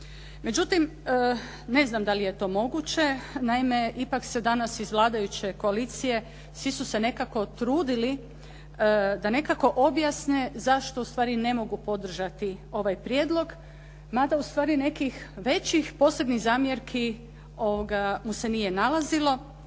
Međutim, ne znam da li je to moguće. Naime, ipak se danas iz vladajuće koalicije, svi su se nekako trudili da nekako objasne zašto u stvari ne mogu podržati ovaj prijedlog, mada u stvari nekih većih posebnih zamjerki mu se nije nalazilo.